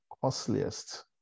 costliest